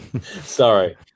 Sorry